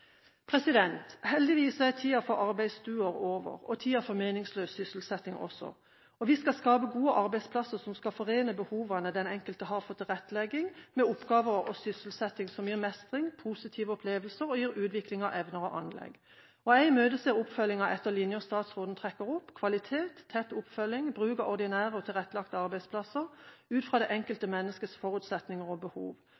seg. Heldigvis er tida for arbeidsstuer og tida for meningsløs sysselsetting over. Vi skal skape gode arbeidsplasser som skal forene behovene den enkelte har for tilrettelegging med oppgaver og sysselsetting som gir mestring, positive opplevelser og gir utvikling av evner og anlegg. Jeg imøteser oppfølgingen etter linjer statsråden trekker opp: kvalitet, tett oppfølging, bruk av ordinær og tilrettelagte arbeidsplasser ut fra det